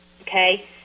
okay